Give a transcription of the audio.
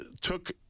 took